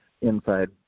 inside